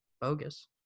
bogus